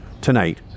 tonight